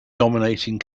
dominating